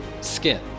skin